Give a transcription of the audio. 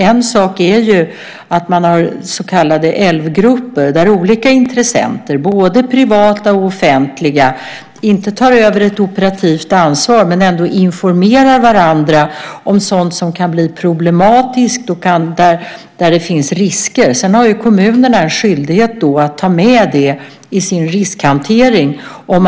En sak är att man har så kallade älvgrupper där olika intressenter, både privata och offentliga, inte tar över det operativa ansvaret men ändå informerar varandra om risker och sådant som kan bli problematiskt. Sedan har kommunerna, om de får denna typ av kunskap om att det är fara å färde, en skyldighet att ta med det i sin riskhantering.